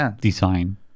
design